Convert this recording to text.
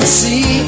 see